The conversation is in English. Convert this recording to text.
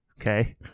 Okay